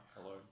Hello